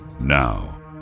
Now